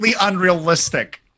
unrealistic